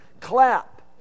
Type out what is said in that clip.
clap